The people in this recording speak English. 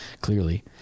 Clearly